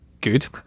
good